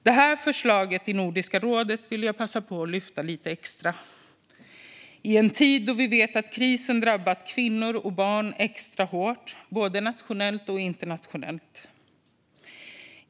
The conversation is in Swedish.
Detta förslag vill jag passa på att lyfta fram lite extra i en tid då vi vet att krisen har drabbat kvinnor och barn extra hårt, både nationellt och internationellt.